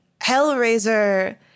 Hellraiser